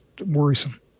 worrisome